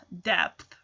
depth